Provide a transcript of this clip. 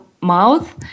mouth